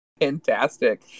fantastic